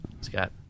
Scott